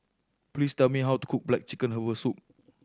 please tell me how to cook black chicken herbal soup